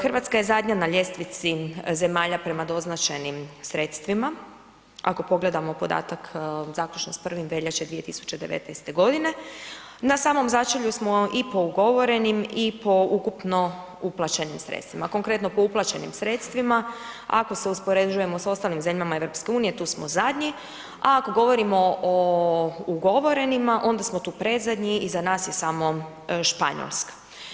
Hrvatska je zadnja na ljestvici zemalja prema doznačenim sredstvima ako pogledamo podatak zaključno sa 1. veljače 2019. g., na samom začelju smo i po ugovorenim i po ukupno uplaćenim sredstvima, konkretno po uplaćenim sredstvima ako se uspoređujemo sa ostalim zemljama EU-a, tu smo zadnji a kako govorimo o ugovorenima, onda smo tu predzadnji, iza nas je samo Španjolska.